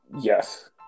yes